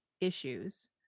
issues